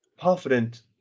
confident